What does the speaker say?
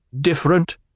Different